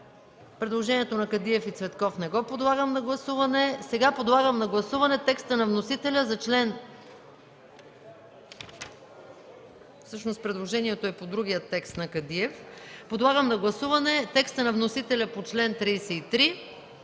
представители Кадиев и Цветков не го подлагам на гласуване. Сега подлагам на гласуване текста на вносителя за член... – всъщност предложението е по другия текст на Кадиев, и подлагам на гласуване текста на вносителя по чл. 33,